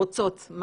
רוצות,